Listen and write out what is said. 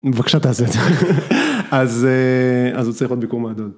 בבקשה תעשה את זה אז הוא צריך עוד ביקור מהדוד